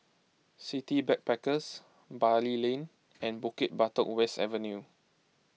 City Backpackers Bali Lane and Bukit Batok West Avenue